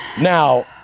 now